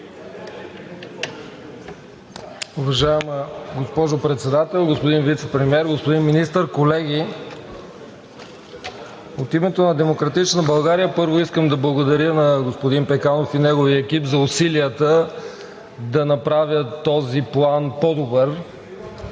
Уважаема госпожо Председател, господин Вицепремиер, господин Министър, колеги! От името на „Демократична България“, първо, искам да благодаря на господин Пеканов и неговия екип за усилията да направят този план по-добър.